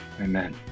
Amen